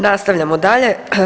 Nastavljamo dalje.